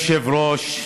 אדוני היושב-ראש,